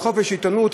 על חופש עיתונות,